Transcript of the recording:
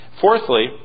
Fourthly